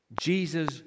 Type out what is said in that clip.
Jesus